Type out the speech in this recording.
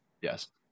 Yes